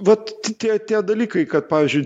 vat tie tie dalykai kad pavyzdžiui